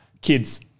Kids